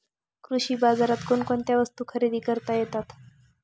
कृषी बाजारात कोणकोणत्या वस्तू खरेदी करता येतात